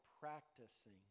practicing